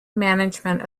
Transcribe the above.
management